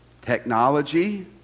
technology